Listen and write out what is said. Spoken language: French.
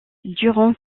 durant